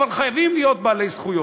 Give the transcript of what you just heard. אבל חייבים להיות בעלי זכויות,